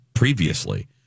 previously